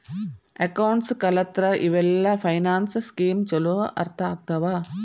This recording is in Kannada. ಅಕೌಂಟ್ಸ್ ಕಲತ್ರ ಇವೆಲ್ಲ ಫೈನಾನ್ಸ್ ಸ್ಕೇಮ್ ಚೊಲೋ ಅರ್ಥ ಆಗ್ತವಾ